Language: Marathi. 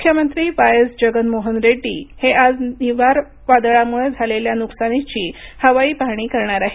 मुख्यमंत्री वायएस जगन मोहन रेड्डी हे आज निवार वादळामुळं झालेल्या नुकसानीची हवाई पाहणी करणार आहेत